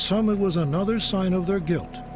so um it was another sign of their guilt.